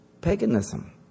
Paganism